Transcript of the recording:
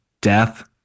death